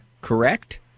correct